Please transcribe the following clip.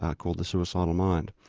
ah called the suicidal mind.